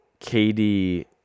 KD